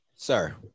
Sir